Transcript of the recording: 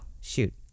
shoot